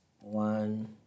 one